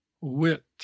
Wit